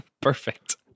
Perfect